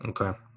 Okay